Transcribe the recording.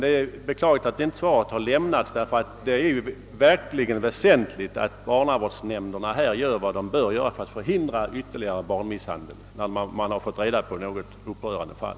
Det är beklagligt att min fråga inte besvarats ordentligt, eftersom det verkligen är väsentligt att barnavårdsnämnderna får klart för sig vad de skall göra för att förhindra ytterligare barn misshandel — och också gör det — när de fått kännedom om upprörande fall.